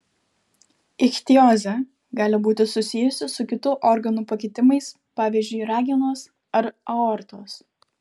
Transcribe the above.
ichtiozė gali būti susijusi su kitų organų pakitimais pavyzdžiui ragenos ar aortos